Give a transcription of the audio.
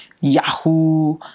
Yahoo